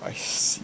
I see